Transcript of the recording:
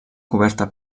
coberta